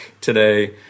today